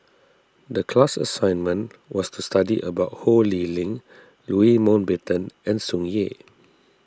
the class assignment was to study about Ho Lee Ling Louis Mountbatten and Tsung Yeh